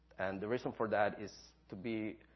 and the reason for that is to be,